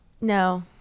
No